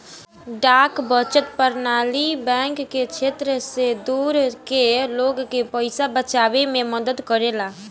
डाक बचत प्रणाली बैंक के क्षेत्र से दूर के लोग के पइसा बचावे में मदद करेला